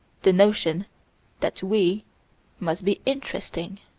the notion that we must be interesting.